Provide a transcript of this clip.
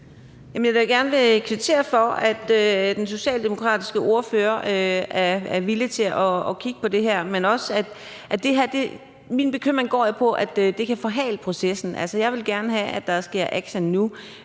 Jeg vil da gerne kvittere for, at den socialdemokratiske ordfører er villig til at kigge på det her, men min bekymring går jo på, at det kan forhale processen. Altså, jeg vil gerne have, at der tages action nu.